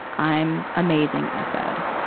i'm amazing i said.